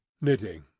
knitting